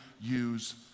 use